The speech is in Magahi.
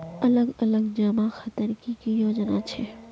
अलग अलग जमा खातार की की योजना छे?